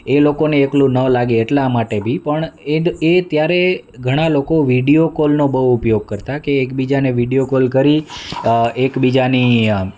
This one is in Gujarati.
એ લોકોને એકલું ન લાગે એટલા માટે બી પણ એ ત્યારે ઘણાં લોકો વિડીયો કોલનો બહુ ઉપયોગ કરતાં કે એકબીજાને વિડીયો કોલ કરી એકબીજાની